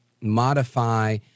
modify